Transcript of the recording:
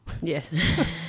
Yes